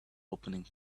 opening